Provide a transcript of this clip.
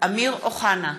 אמיר אוחנה,